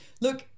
Look